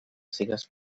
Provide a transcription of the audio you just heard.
sigues